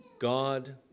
God